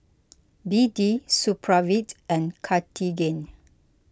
B D Supravit and Cartigain